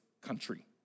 country